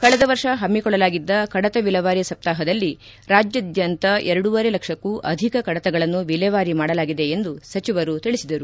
ಕಳೆದ ವರ್ಷ ಹಮ್ಮಿಕೊಳ್ಳಲಾಗಿದ್ದ ಕಡತ ವಿಲೇವಾರಿ ಸಪ್ತಾಪದಲ್ಲಿ ರಾಜ್ಯಾದ್ಯಂತ ಎರಡೂವರೆ ಲಕ್ಷಕ್ಕೂ ಅಧಿಕ ಕಡತಗಳನ್ನು ವಿಲೇವಾರಿ ಮಾಡಲಾಗಿದೆ ಎಂದು ಸಚಿವರು ತಿಳಿಸಿದರು